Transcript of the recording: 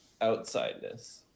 Outsideness